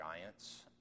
giants